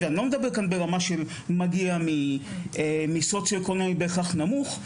אני לא מדבר על מי שמגיע מסוציו-אקונומי בהכרח נמוך,